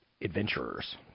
adventurers